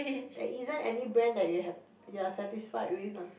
there isn't any brand that you have you are satisfied with ah